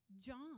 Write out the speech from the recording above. John